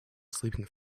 sleeping